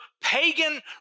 pagan